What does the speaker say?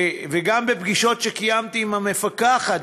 וגם בפגישות שקיימתי עם המפקחת,